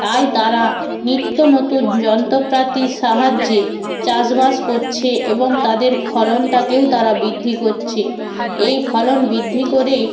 তাই তারা নিত্য নতুন যন্ত্রপাতির সাহায্যে চাষবাস করছে এবং তাদের ফলনটাকেও তারা বৃদ্ধি করছে এই ফলন বৃদ্ধি করেই